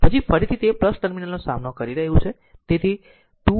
પછી ફરીથી તે ટર્મિનલનો સામનો કરી રહ્યું છે તેથી 2 v0 છે